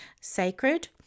sacred